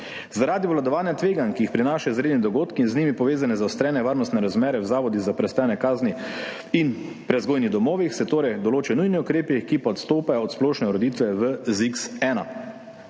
zaradi obvladovanja tveganj, ki jih prinašajo izredni dogodki in z njimi povezane zaostrene varnostne razmere v zavodih za prestajanje kazni in prevzgojnih domovih. Določajo se torej nujni ukrepi, ki pa odstopajo od splošne ureditve v ZIKS-1.